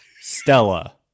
Stella